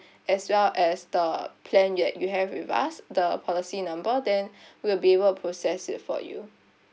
as well as the plan you you have with us the policy number then we'll be able process it for you